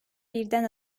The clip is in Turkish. birden